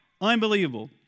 Unbelievable